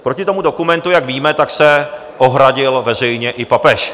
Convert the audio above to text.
Proti tomu dokumentu, jak víme, se ohradil veřejně i papež.